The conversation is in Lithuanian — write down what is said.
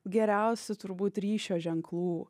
geriausių turbūt ryšio ženklų